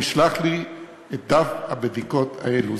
הוא ישלח לי את דף הבדיקות האלו.